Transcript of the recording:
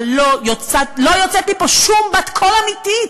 אבל לא יוצאת מפה שום בת קול אמיתית.